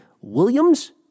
Williams